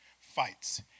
fights